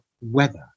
weather